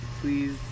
please